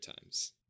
times